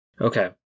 Okay